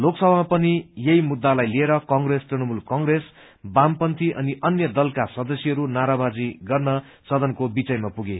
लोकसभामा पनि यहि मुद्दालाई लिएर कंग्रेस तृणूल कंग्रेस वामपन्थी अनि अन्य दलहरू सदस्यहय नाराबाजी गर्दै सदनको बिचैमा पुगे